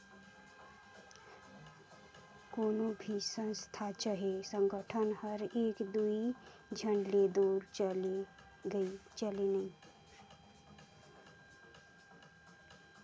कोनो भी संस्था चहे संगठन हर एक दुई झन ले दो चले नई